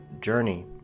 journey